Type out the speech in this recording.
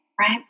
right